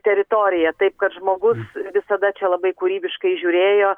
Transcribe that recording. teritorija taip kad žmogus visada čia labai kūrybiškai žiūrėjo